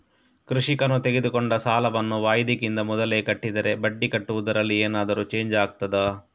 ಕೃಷಿಕನು ತೆಗೆದುಕೊಂಡ ಸಾಲವನ್ನು ವಾಯಿದೆಗಿಂತ ಮೊದಲೇ ಕಟ್ಟಿದರೆ ಬಡ್ಡಿ ಕಟ್ಟುವುದರಲ್ಲಿ ಏನಾದರೂ ಚೇಂಜ್ ಆಗ್ತದಾ?